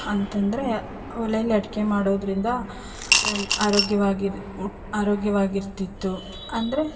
ಅಂತಂದರೆ ಒಲೆಯಲ್ಲಿ ಅಡುಗೆ ಮಾಡೋದರಿಂದ ಆರೋಗ್ಯವಾಗಿರು ಆರೋಗ್ಯವಾಗಿರ್ತಿತ್ತು ಅಂದರೆ